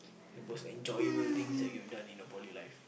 the most enjoyable things that you have done in your poly life